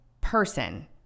person